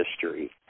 history